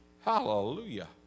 hallelujah